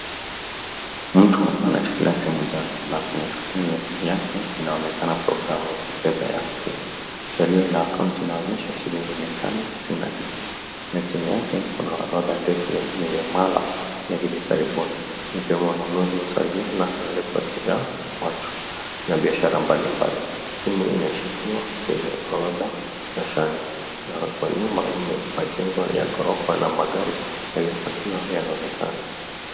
Mtu anashikilia simu chanja, na kwenye skrini yake inaonekana programu ya kifedha ya simu. Chanio la akaunti inaonyesha shilingi 599 na chini yake kuna orodha ndefu ya mia mala ya hivi karibuni, ikiwemo ununuzi wa salia na watu na biashara mbalimbali. Simu inashikiwa kwenye orodha roshani na kwa nyuma, majengo ya ghorofa na magari yaliyopakiwa yanaonekana.